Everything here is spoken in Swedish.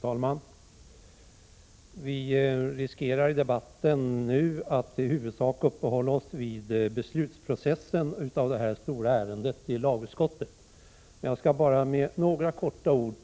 Fru talman! Vi riskerar nu att i debatten huvudsakligen uppehålla oss vid beslutsprocessen för detta stora ärende i lagutskottet. Jag skall bara med ytterligare några få ord